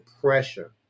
pressure